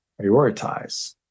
prioritize